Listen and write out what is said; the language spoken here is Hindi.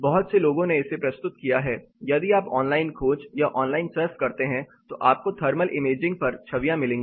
बहुत से लोगों ने इसे प्रस्तुत किया है यदि आप ऑनलाइन खोज या ऑनलाइन सर्फ करते हैं तो आपको थर्मल इमेजिंग पर छवियां मिलेंगी